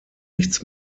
nichts